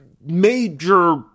major